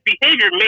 behavior